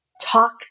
talk